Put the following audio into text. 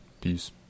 Peace